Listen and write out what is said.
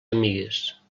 amigues